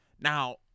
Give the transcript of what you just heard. Now